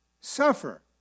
suffer